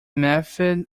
method